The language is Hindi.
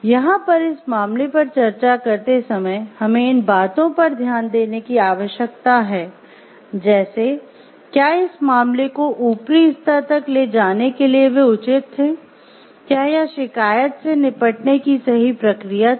यहाँ पर इस मामले पर चर्चा करते समय हमें इन बातों पर ध्यान देने की आवश्यकता है जैसे क्या इस मामले को ऊपरी स्तर तक ले जाने के लिए वे उचित थे क्या यह शिकायत से निपटने की सही प्रक्रिया थी